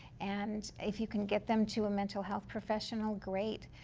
and if you can get them to a mental health professional, great.